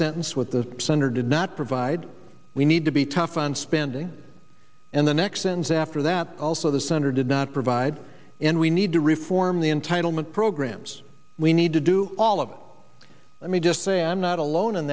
sentence with the senator did not provide we need to be tough on spending and the next and after that also the center did not provide and we need to reform the entitlement programs we need to do all of the let me just say i'm not alone in